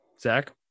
Zach